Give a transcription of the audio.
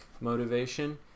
motivation